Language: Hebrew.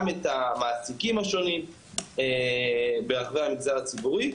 את המעסיקים השונים ברחבי המגזר הציבורי,